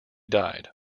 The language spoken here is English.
died